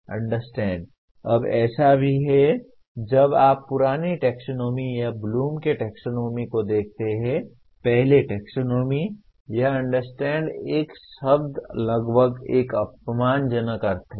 understand अब ऐसा भी है जब आप पुरानी टैक्सोनॉमी या ब्लूम के टैक्सोनॉमी Bloom's taxonomy को देखते हैं पहले टैक्सोनॉमी यह अंडरस्टैंड एक शब्द लगभग एक अपमानजनक अर्थ है